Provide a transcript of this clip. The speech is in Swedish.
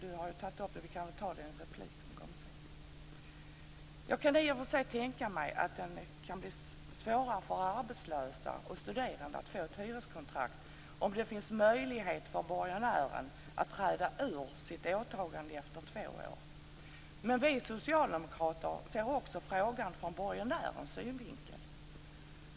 Vi kan ta det i en replikomgång sedan. Jag kan i och för sig tänka mig att det kan bli svårare för arbetslösa och studerande att få ett hyreskontrakt om det finns möjlighet för borgenären att träda ur sitt åtagande efter två år. Men vi socialdemokrater ser också frågan från borgenärens synvinkel.